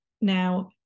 now